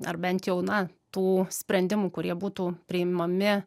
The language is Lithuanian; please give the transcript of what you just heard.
ar bent jau na tų sprendimų kurie būtų priimami